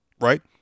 right